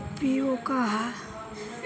FPO का ह?